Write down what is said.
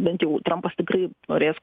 bent jau trampas tikrai norės